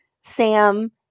Sam